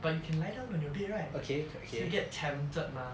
but you can lie down on your bed right still get tempted mah